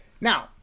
Now